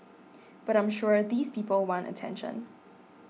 but I'm sure these people want attention